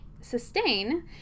sustain